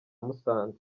musanze